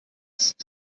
ist